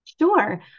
Sure